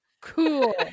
cool